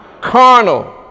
carnal